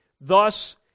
Thus